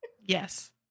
Yes